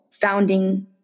founding